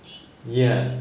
ya